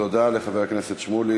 תודה לחבר הכנסת שמולי.